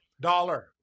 Dollar